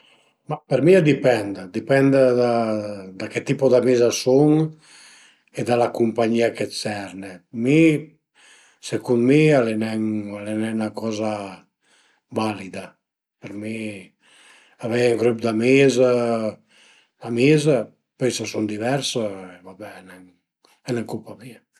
Ma për mi a dipend, a dipen da che tipu d'amis a sun e da la cumpagnìa che t'serne, mi secund mi al e nen al e nen 'na coza valida, për mi avei ün grup d'amis amis pöi s'a sun divers a va be al e nen culpa mia